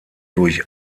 durch